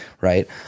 right